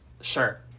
Sure